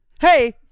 Hey